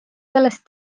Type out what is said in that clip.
sellest